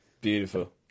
Beautiful